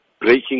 breaking